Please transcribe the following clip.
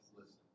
Listen